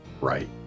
Right